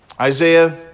Isaiah